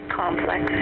complex